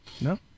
No